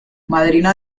madrina